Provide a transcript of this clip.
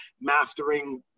mastering